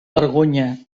vergonya